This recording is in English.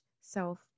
self